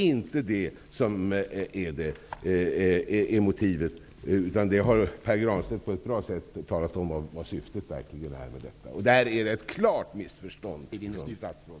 Syftet med detta har Pär Granstedt på ett bra sätt talat om. Det föreligger ett klart missförstånd från statsrådets sida.